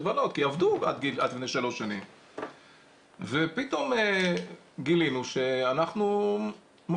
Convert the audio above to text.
לבלות כי עבדו עד לפני שלוש שנים ופתאום גילינו שאנחנו מחמירים.